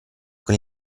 con